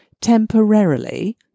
temporarily